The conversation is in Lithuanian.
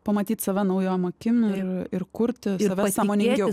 pamatyti save naujom akim ir kurti save sąmoningiau